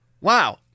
wow